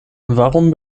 warum